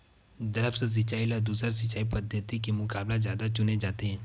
द्रप्स सिंचाई ला दूसर सिंचाई पद्धिति के मुकाबला जादा चुने जाथे